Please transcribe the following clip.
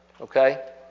Okay